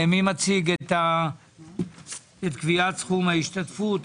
מי מציג את קביעת סכום ההשתתפות,